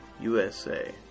USA